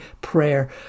prayer